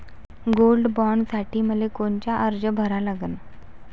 Gold बॉण्डसाठी मले कोनचा अर्ज भरा लागन?